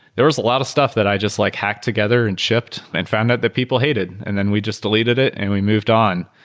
there were a lot of stuff that i just like hacked together and shipped and found that the people hated, and then we just deleted it and we moved on.